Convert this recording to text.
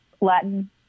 Latin